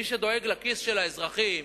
מי שדואג לכיס של האזרחים